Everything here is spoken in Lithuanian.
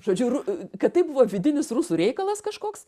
žodžiu ru kad tai buvo vidinis rusų reikalas kažkoks